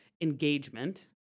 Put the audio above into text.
Engagement